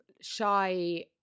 shy